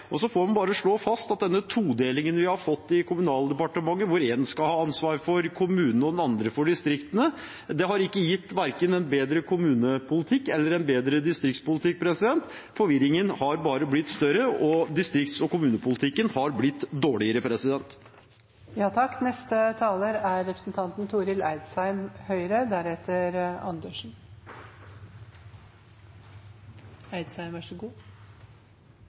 Og så får man bare slå fast at denne todelingen vi har fått i Kommunaldepartementet, hvor én skal ha ansvaret for kommunene og én annen for distriktene, verken har gitt en bedre kommunepolitikk eller en bedre distriktspolitikk. Forvirringen har bare blitt større, og distrikts- og kommunepolitikken har blitt dårligere. Å skape ei framtid gjennom svartmåling trur eg er